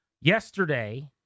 Yesterday